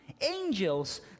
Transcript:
angels